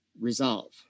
resolve